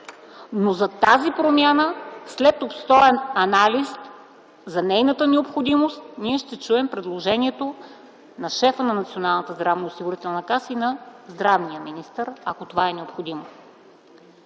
но за тази промяна след обстоен анализ за нейната необходимост ще чуем предложението на шефа на Националната здравноосигурителна каса и на здравния министър, ако това е необходимо.